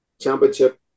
championship